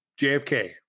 JFK